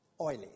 Oily